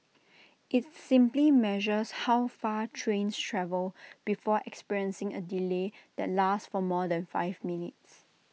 IT simply measures how far trains travel before experiencing A delay that lasts for more than five minutes